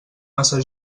massa